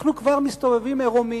אנחנו כבר מסתובבים עירומים,